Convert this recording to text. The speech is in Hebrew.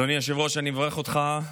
אדוני היושב-ראש, אני מברך אותך.